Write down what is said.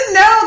no